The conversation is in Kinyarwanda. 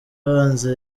abanza